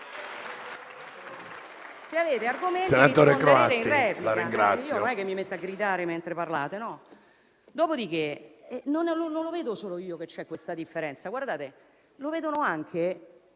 Se avete argomenti, risponderete in replica. Io non è che mi metto a gridare mentre parlate. Dopodiché, non lo vedo solo io che c'è questa differenza. Immagino che